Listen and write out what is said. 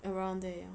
around there ya